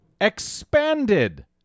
expanded